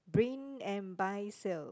brain and buy sale